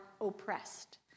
oppressed